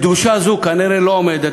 קדושה זו כנראה לא עומדת,